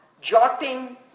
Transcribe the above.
jotting